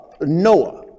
Noah